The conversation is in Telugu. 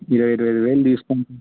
ఇరవై ఇరవై ఐదు వేలు తీసుకోని